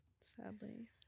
Sadly